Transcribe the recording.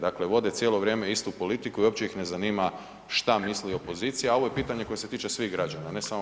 Dakle, vode cijelo vrijeme istu politiku i uopće ih zanima što misli opozicija, a ovo je pitanje koje se tiče svih građana, ne samo